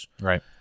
Right